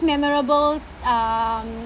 memorable um